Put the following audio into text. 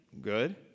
good